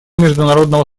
международного